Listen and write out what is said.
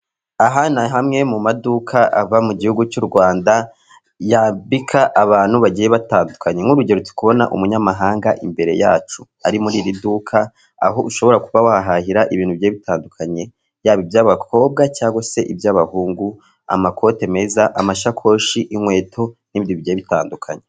Aha ni hamwe mu maduka aba mu gihugu cy'u Rwanda, yambika abantu bagiye batandukanye. Nk'urugero ndi kubona umunyamahanga imbere yacu ari muri iri duka, aho ushobora kuba wahahira ibintu bigiye bitandukanye, yaba iby'abakobwa cyangwa se iby'abahungu, amakote meza, amashakoshi, inkweto n'ibindi bigiye bitandukanye.